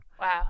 Wow